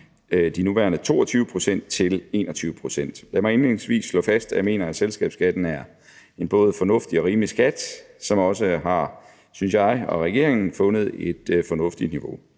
de nuværende 22 pct. til 21 pct. Lad mig indledningsvis slå fast, at jeg mener, at selskabsskatten er en både fornuftig og rimelig skat, som også har, synes jeg og regeringen, fundet et fornuftigt niveau.